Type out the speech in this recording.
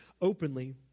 openly